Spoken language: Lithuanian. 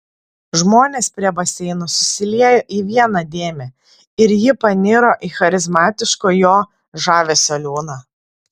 žmonės prie baseino susiliejo į vieną dėmę ir ji paniro į charizmatiško jo žavesio liūną